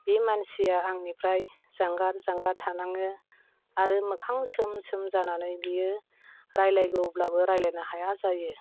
बे मानसिया आंनिफ्राय जानगार जानगार थानाङो आरो मोखां सोम सोम जानानै बियो रायलायगौब्लाबो रायलायनो हाया जायो